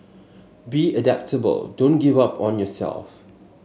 be adaptable don't give up on yourself